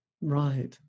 Right